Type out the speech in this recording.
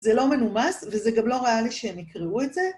זה לא מנומס וזה גם לא ריאלי שהם יקראו את זה.